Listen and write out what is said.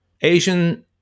Asian